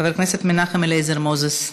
חבר הכנסת מנחם אליעזר מוזס,